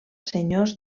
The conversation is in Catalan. senyors